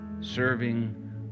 serving